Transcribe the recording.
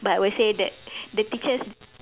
but I would say that the teachers